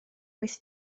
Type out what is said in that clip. wyth